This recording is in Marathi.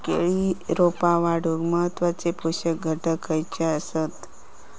केळी रोपा वाढूक महत्वाचे पोषक घटक खयचे आसत?